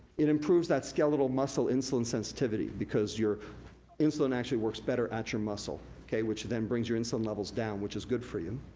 it improves that skeletal muscle insulin sensitivity because you're insulin actually works better at your muscle, which then brings your insulin levels down. which is good for you.